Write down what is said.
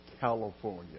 California